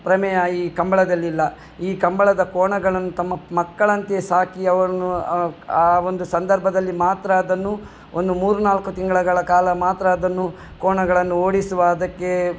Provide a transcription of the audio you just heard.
ಪ್ರಮೇಯ ಈ ಕಂಬಳದಲ್ಲಿಲ್ಲ ಈ ಕಂಬಳದ ಕೋಣಗಳನ್ನು ತಮ್ಮ ಮಕ್ಕಳಂತೆ ಸಾಕಿ ಅವರನ್ನು ಆ ಒಂದು ಸಂದರ್ಭದಲ್ಲಿ ಮಾತ್ರ ಅದನ್ನು ಒಂದು ಮೂರುನಾಲ್ಕು ತಿಂಗಳುಗಳ ಕಾಲ ಮಾತ್ರ ಅದನ್ನು ಕೋಣಗಳನ್ನು ಓಡಿಸುವ ಅದಕ್ಕೆ